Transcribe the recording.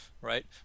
right